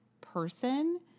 person